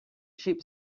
cheap